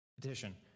petition